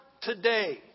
today